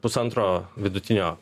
pusantro vidutinio